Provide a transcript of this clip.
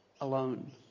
alone